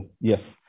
Yes